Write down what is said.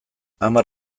hamar